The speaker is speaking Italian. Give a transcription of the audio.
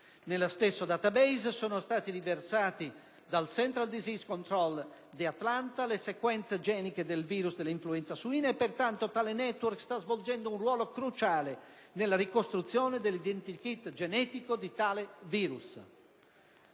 Nello stesso *database* sono stati riversati dai *Centers for Desease Control* di Atlanta le sequenze geniche del virus dell'influenza suina e, pertanto, tale *network* sta svolgendo un ruolo cruciale nella ricostruzione dell'identikit genetico di tale virus.